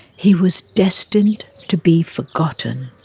he was destined to be forgotten,